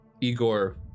Igor